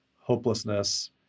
hopelessness